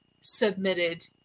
submitted